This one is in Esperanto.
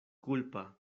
kulpa